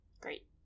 great